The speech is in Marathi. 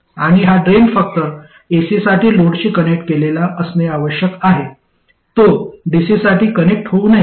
आणि हा ड्रेन फक्त एसीसाठी लोडशी कनेक्ट केलेला असणे आवश्यक आहे तो डीसीसाठी कनेक्ट होऊ नये